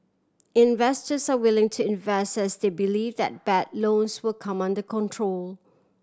investors are willing to invest as they believe that bad loans will come under control